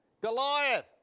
Goliath